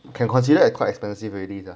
can consider quite expensive already ah